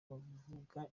bavuga